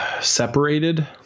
Separated